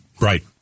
Right